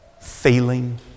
feeling